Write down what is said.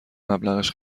مبلغش